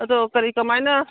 ꯑꯗꯣ ꯀꯔꯤ ꯀꯔꯃꯥꯏꯅ